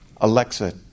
Alexa